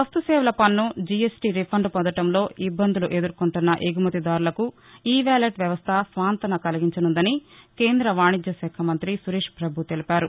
వస్తు సేవల పన్ను జీఎస్టీ రిఫండ్ పొందడంలో ఇబ్బందులు ఎదుర్కొంటున్న ఎగుమతిదార్లకు ఇ వాలెట్ వ్యవస్థ సాంత్వన కలిగించనుందని కేంద వాణిజ్య శాఖ మంత్రి సురేష్ పభు తెలిపారు